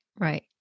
right